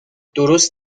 درست